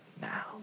now